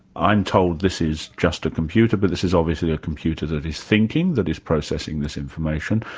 i'm told this is just a computer, but this is obviously a computer that is thinking, that is processing this information',